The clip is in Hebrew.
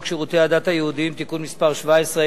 שירותי הדת היהודיים (תיקון מס' 17),